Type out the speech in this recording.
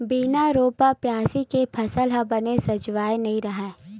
बिन रोपा, बियासी के फसल ह बने सजोवय नइ रहय